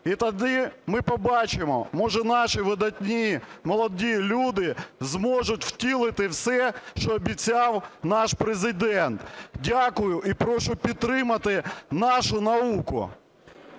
І тоді ми побачимо, може, наші видатні молоді люди зможуть втілити все, що обіцяв наш Президент. Дякую. І прошу підтримати нашу науку.